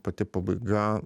pati pabaiga